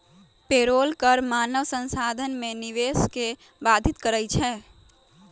payroll कर मानव संसाधन में निवेश के बाधित करइ छै